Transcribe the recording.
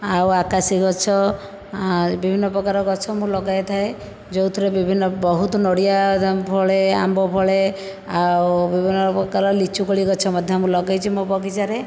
ଆଉ ଆକାଶୀ ଗଛ ବିଭିନ୍ନ ପ୍ରକାରର ଗଛ ମୁଁ ଲଗାଇଥାଏ ଯେଉଁଥିରେ ବିଭିନ୍ନ ବହୁତ ନଡ଼ିଆ ଫଳେ ଆମ୍ବ ଫଳେ ଆଉ ବିଭିନ୍ନ ପ୍ରକାର ଲିଚୁକୋଳି ଗଛ ମଧ୍ୟ ମୁଁ ଲଗେଇଛି ମୋ ବଗିଚାରେ